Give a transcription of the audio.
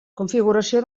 configuració